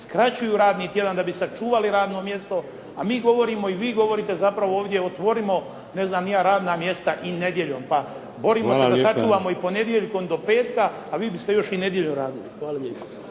skraćuju radni tjedan da bi sačuvali radno mjesto a mi govorimo i vi govorite zapravo ovdje otvorimo ne znam ni ja radna mjesta i nedjeljom. Pa borimo se da sačuvamo i ponedjeljkom do petka a vi biste još i nedjeljom radili. Hvala lijepa.